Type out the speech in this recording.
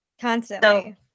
Constantly